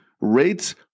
rates